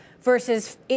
versus